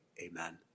amen